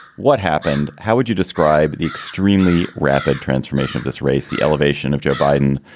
what happened? how would you describe the extremely rapid transformation of this race, the elevation of joe biden,